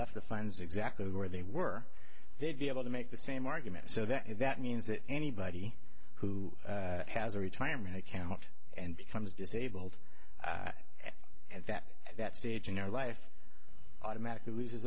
left the fines exactly where they were they'd be able to make the same argument so that if that means that anybody who has a retirement account and becomes disabled and that that stage in your life automatically lose